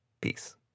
Peace